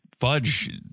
Fudge